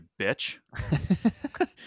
bitch